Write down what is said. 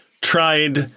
tried